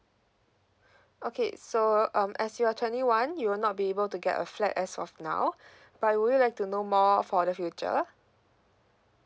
okay so um as you're twenty one you will not be able to get a flat as of now but would you like to know more for the future